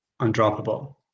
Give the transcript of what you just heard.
undroppable